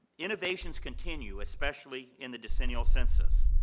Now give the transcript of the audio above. innovations continue, especially in the decennial census.